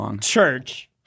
Church